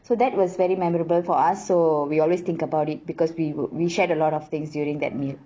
so that was very memorable for us so we always think about it because we we shared a lot of things during that meal